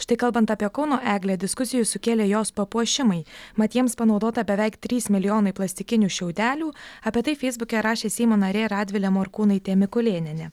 štai kalbant apie kauno eglę diskusijų sukėlė jos papuošimai mat jiems panaudota beveik trys milijonai plastikinių šiaudelių apie tai feisbuke rašė seimo narė radvilė morkūnaitė mikulėnienė